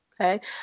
Okay